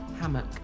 Hammock